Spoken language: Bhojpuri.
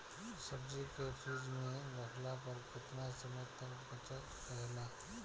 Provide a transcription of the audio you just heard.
सब्जी के फिज में रखला पर केतना समय तक बचल रहेला?